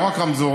לא רק רמזורים,